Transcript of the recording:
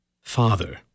Father